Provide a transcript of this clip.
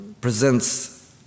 presents